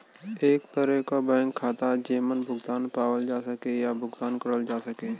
एक तरे क बैंक खाता जेमन भुगतान पावल जा सके या भुगतान करल जा सके